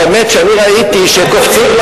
האמת, שאני ראיתי שקופצים,